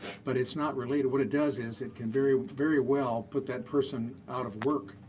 but it's not related. what it does is it can very very well put that person out of work,